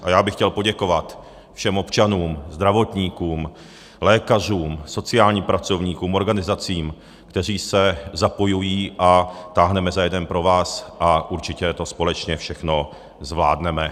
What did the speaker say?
A já bych chtěl poděkovat všem občanům, zdravotníkům, lékařům, sociálním pracovníkům, organizacím, kteří se zapojují, táhneme za jeden provaz a určitě to společně všechno zvládneme.